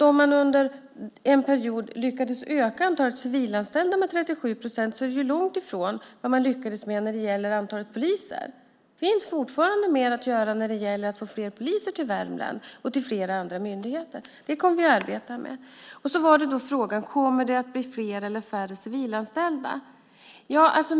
Om man under en period lyckades öka antalet civilanställda med 37 procent är det långtifrån vad man lyckades med när det gäller antalet poliser. Det finns fortfarande mer att göra när det gäller att få fler poliser till Värmland och till flera andra myndigheter. Det kommer vi att arbeta med. Sedan var frågan: Kommer det att bli fler eller färre civilanställda?